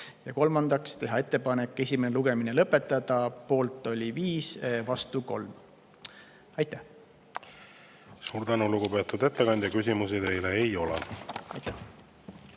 Ja kolmandaks teha ettepanek esimene lugemine lõpetada. Poolt oli 5, vastu 3. Aitäh! Suur tänu, lugupeetud ettekandja! Küsimusi teile ei ole. Suur